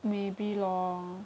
maybe lorh